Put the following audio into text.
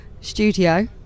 studio